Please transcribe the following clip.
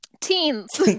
Teens